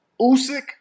Usyk